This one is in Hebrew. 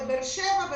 באר שבע,